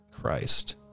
Christ